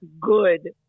good